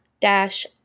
dash